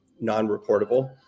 non-reportable